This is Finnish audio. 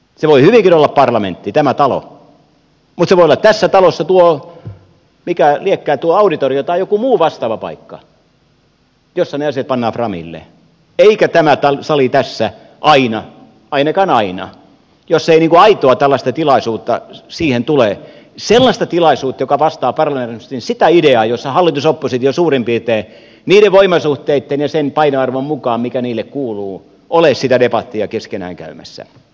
se voi hyvinkin olla parlamentti tämä talo mutta se voi olla tässä talossa tuo mikä liekään auditorio tai joku muu vastaava paikka jossa ne asiat pannaan framille eikä tämä sali tässä aina ainakaan aina jos ei aitoa tällaista tilaisuutta siihen tule sellaista tilaisuutta joka vastaa parlamentarismin sitä ideaa jossa hallitus ja oppositio suurin piirtein niiden voimasuhteitten ja sen painoarvon mukaan mikä niille kuuluu ole sitä debattia keskenään käymässä